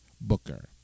booker